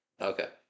Okay